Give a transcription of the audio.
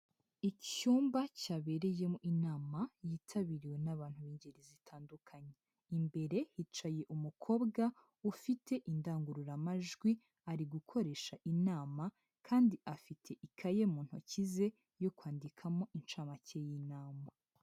Icyumba cyabereyemo inama yitabiriwe n'abantu b'ingeri zitandukanye, imbere hicaye umukobwa ufite indangururamajwi ari gukoresha inama kandi afite ikaye mu ntoki ze yo kwandikamo inshamake y'inama.